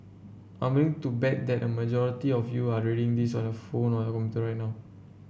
I'm willing to bet that a majority of you are reading this on your phone or your right now